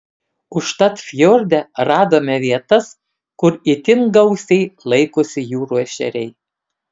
užtat fjorde radome vietas kur itin gausiai laikosi jūrų ešeriai